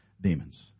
demons